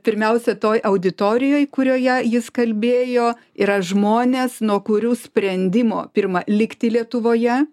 pirmiausia toj auditorijoj kurioje jis kalbėjo yra žmonės nuo kurių sprendimo pirma likti lietuvoje